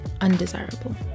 undesirable